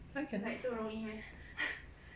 why cannot